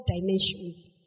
dimensions